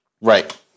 Right